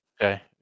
Okay